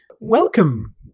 Welcome